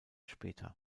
später